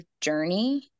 journey